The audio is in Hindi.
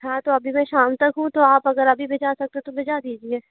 हाँ तो अभी मैं शाम तक हूँ तो आप अगर अभी भिजवा सकते हैं तो भिजवा दीजिए